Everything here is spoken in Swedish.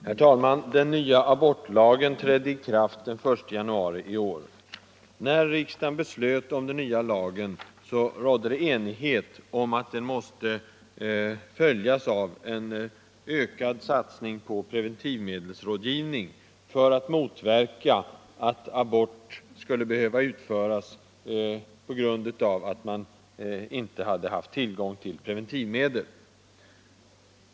Herr talman! Den nya abortlagen trädde i kraft den 1 januari 1975. När riksdagen antog den nya lagen rådde enighet om att den måste följas av en ökad satsning på preventivmedelsrådgivning, för att motverka att abort skulle behöva utföras på grund av att man inte hade haft tillgång till preventivmedel.